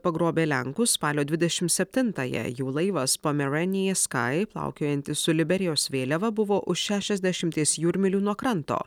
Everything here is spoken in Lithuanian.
pagrobė lenkus spalio dvidešim septintąją jų laivas pomerenija skai plaukiojantis su liberijos vėliava buvo už šašiasdešimties jūrmylių nuo kranto